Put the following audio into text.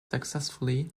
successfully